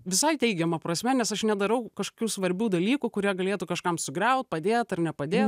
visai teigiama prasme nes aš nedarau kažkokių svarbių dalykų kurie galėtų kažkam sugriaut padėt ar nepadėt